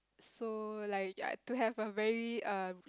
so like ya to have a very um